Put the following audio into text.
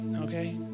okay